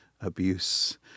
abuse